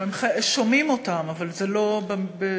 לא, שומעים אותם, אבל זה לא,